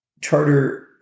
Charter